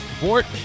Bort